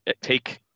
take